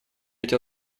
быть